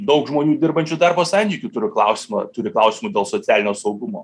daug žmonių dirbančių darbo santykių turi klausimą turi klausimų dėl socialinio saugumo